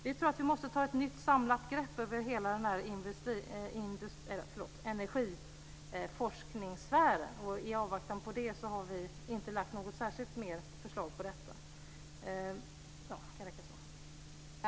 Vi tror att vi måste ta ett nytt samlat grepp över hela energiforskningssfären. I avvaktan på det har vi inte lagt fram några särskilda förslag ytterligare på detta område.